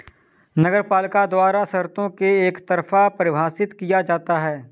नगरपालिका द्वारा शर्तों को एकतरफा परिभाषित किया जाता है